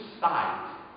sight